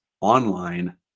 online